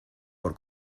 por